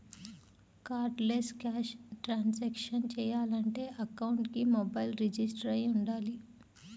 cardless cash transactions చెయ్యాలంటే అకౌంట్కి mobile register అయ్యి వుండాలి